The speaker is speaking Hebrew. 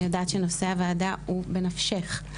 אני יודעת שנושא הוועדה הוא בנפשך,